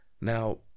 now